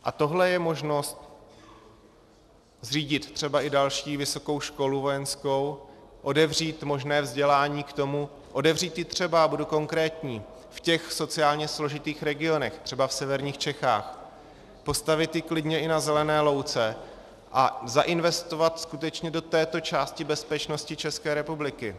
A tohle je možnost zřídit třeba i další vysokou školu vojenskou, otevřít ji třeba a budu konkrétní v těch sociálně složitých regionech, třeba v severních Čechách, postavit ji klidně i na zelené louce a zainvestovat skutečně do této části bezpečnosti České republiky.